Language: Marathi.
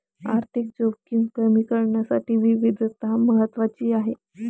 आर्थिक जोखीम कमी करण्यासाठी विविधता महत्वाची आहे